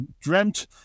dreamt